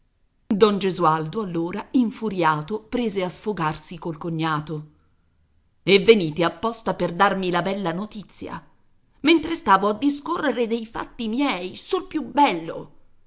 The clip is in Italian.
don gesualdo allora infuriato prese a sfogarsi col cognato e venite apposta per darmi la bella notizia mentre stavo a discorrere dei fatti miei sul più bello